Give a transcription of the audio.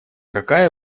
какая